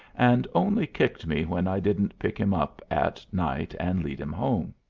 and only kicked me when i didn't pick him up at night and lead him home.